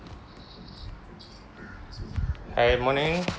hi morning